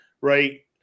right